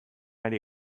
ari